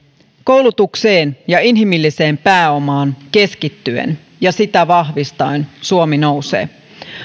koulutukseen ja inhimilliseen pääomaan keskittyen ja sitä vahvistaen suomi nousee